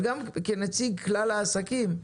אבל גם כנציג כלל העסקים,